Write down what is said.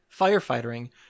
firefighting